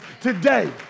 today